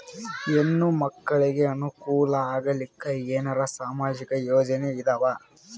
ಹೆಣ್ಣು ಮಕ್ಕಳಿಗೆ ಅನುಕೂಲ ಆಗಲಿಕ್ಕ ಏನರ ಸಾಮಾಜಿಕ ಯೋಜನೆ ಇದಾವ?